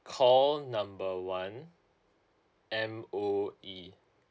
call number one M_O_E